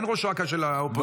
אין ראש אכ"א של האופוזיציה.